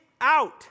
out